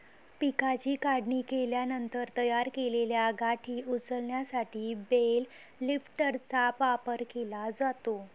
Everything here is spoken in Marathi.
पिकाची काढणी केल्यानंतर तयार केलेल्या गाठी उचलण्यासाठी बेल लिफ्टरचा वापर केला जातो